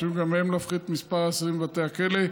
הצפויים גם הם להפחית את מספר האסירים בבתי הכלא.